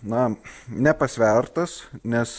na nepasvertas nes